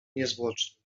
niezwłocznie